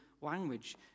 language